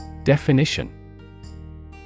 Definition